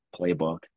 playbook